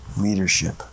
leadership